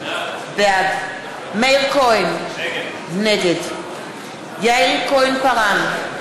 בעד מאיר כהן, נגד יעל כהן-פארן,